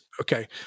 okay